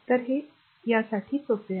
तर हे यासाठी सोपे आहे